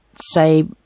say